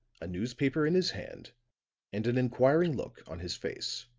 a newspaper in his hand and an inquiring look on his face.